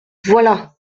voilà